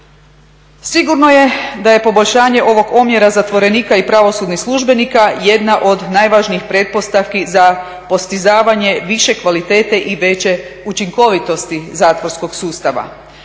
Sigurno je da je poboljšanje ovog omjera zatvorenika i pravosudnih službenika jedna od najvažnijih pretpostavki za postizavanje više kvalitete i veće učinkovitosti zatvorskog sustava.